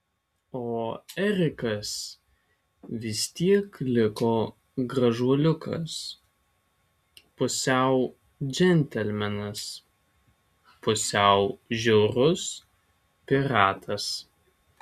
o erikas vis tiek liko gražuoliukas pusiau džentelmenas pusiau žiaurus piratas